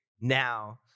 now